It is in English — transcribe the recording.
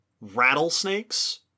rattlesnakes